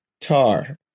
tar